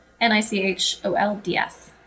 n-i-c-h-o-l-d-s